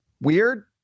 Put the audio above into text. weird